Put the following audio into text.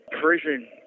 prison